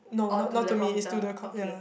or to the computer okay